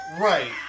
Right